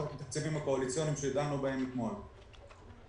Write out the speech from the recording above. התקציבים הקואליציוניים שדנו בהם אתמול.